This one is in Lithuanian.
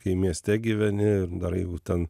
kai mieste gyveni ir dar jeigu ten